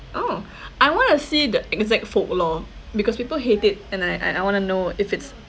oh I want to see the exact folk lor because people hate it and I and I want to know if it's